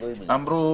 אמרו